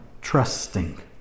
trusting